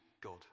God